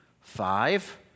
five